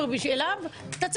יש לי הפתעות בשבילך, איפה אתה גר?